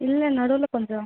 இல்லை நடுவில் கொஞ்சம்